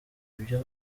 ibyo